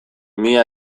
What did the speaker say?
mila